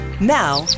Now